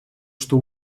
что